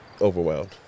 overwhelmed